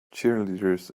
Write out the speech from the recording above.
cheerleaders